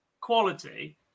quality